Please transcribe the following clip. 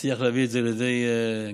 יצליח להביא את זה לידי גמר